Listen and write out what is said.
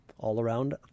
all-around